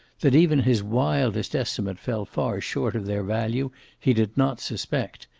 that even his wildest estimate fell far short of their value he did not suspect,